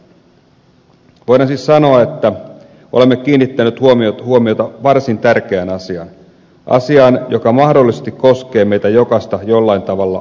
voidaan siis sanoa että olemme kiinnittäneet huomiota varsin tärkeään asiaan asiaan joka mahdollisesti koskee meitä jokaista jollain tavalla elämämme aikana